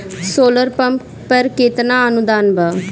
Solar pump पर केतना अनुदान बा?